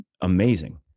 amazing